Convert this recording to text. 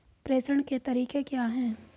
प्रेषण के तरीके क्या हैं?